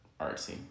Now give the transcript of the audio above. artsy